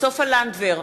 סופה לנדבר,